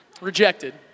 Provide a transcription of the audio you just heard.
rejected